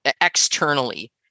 externally